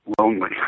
lonely